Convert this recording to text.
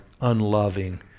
unloving